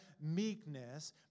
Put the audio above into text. meekness